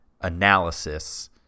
analysis